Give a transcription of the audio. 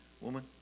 woman